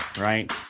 right